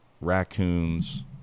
raccoons